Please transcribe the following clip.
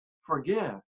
forgive